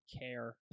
care